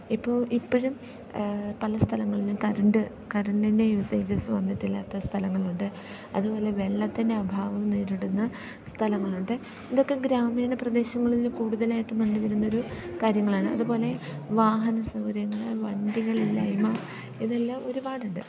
ഇപ്പോൾ ഇപ്പഴും പല സ്ഥലങ്ങളിലും കരണ്ട് കറണ്ടിൻ്റെ യൂസേജസ് വന്നിട്ടില്ലാത്ത സ്ഥലങ്ങളുണ്ട് അതുപോലെ വെള്ളത്തിൻ്റെ അഭാവം നേരിടുന്ന സ്ഥലങ്ങളുണ്ട് ഇതൊക്കെ ഗ്രാമീണ പ്രദേശങ്ങളിൽ കൂടുതലായിട്ടും കണ്ടുവരുന്നൊരു കാര്യങ്ങളാണ് അതുപോലെ വാഹന സൗകര്യങ്ങൾ വണ്ടികളില്ലായ്മ ഇതെല്ലാം ഒരുപാടുണ്ട്